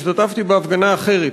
השתתפתי בהפגנה אחרת,